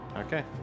Okay